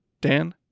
Dan